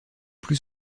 plus